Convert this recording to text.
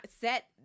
set